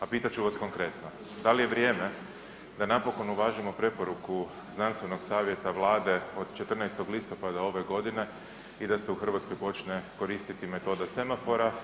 A pitat ću vas konkretno, da li je vrijeme da napokon uvažimo preporuku znanstvenog savjeta Vlade od 14. listopada ove godine i da se u Hrvatskoj počne koristiti metoda semafora?